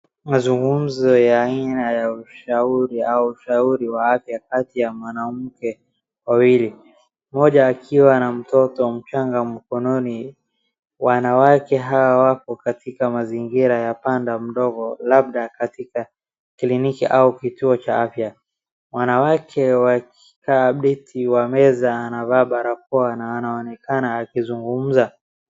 Mazungumzo ya aina ya ushauri au ushauri wa afya kati ya mwanamke wawili, mmoja akiwa na mtoto mchanga mkononi, wanawake hawa wako katika mazingira ya banda ndogo labda katika clinic au kituo cha afya, wanawake wakikaa beti wa meza anavaa barakoa na anaonekana akizungumza.